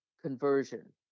conversion